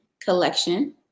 collection